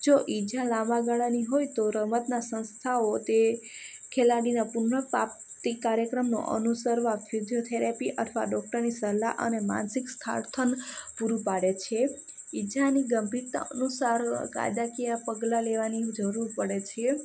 જો ઇજા લાંબા ગાળાની હોય તો રમતના સંસ્થાઓ તે ખેલાડીને પુન પાપ્તિ કાર્યક્રમનો અનુસરવા ફિજીઓથેરેપી અથવા ડોક્ટરની સલાહ અને માનસિક સ્થાનથર પૂરું પાડે છે ઇજાની ગંભીરતા અનુસાર કાયદાકીય પગલાં લેવાની જરૂર પડે છે